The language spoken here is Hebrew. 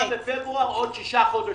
אחרי 28 בפברואר עוד שישה חודשים.